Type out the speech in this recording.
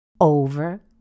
over